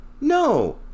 No